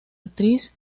actriz